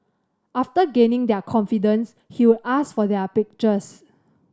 after gaining their confidence he would ask for their pictures